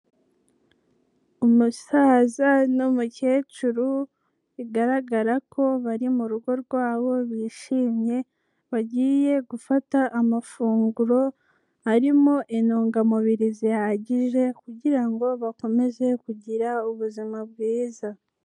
Umusaza n'umukecuru bigaragara ko bari mu rugo rwabo bishimye, bagiye gufata amafunguro arimo intungamubiri zihagije kugira ngo bakomeze kugira ubuzima bwiza.